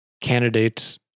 candidates